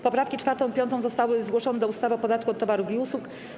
Poprawki 4. i 5. zostały zgłoszone do ustawy o podatku od towarów i usług.